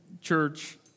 church